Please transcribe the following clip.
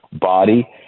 body